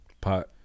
Pot